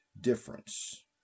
difference